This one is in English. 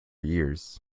years